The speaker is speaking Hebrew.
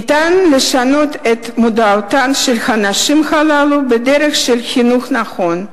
ניתן לשנות את מודעותן של הנשים הללו בדרך של חינוך נכון.